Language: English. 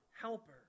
helper